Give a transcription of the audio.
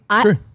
True